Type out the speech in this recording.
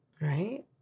right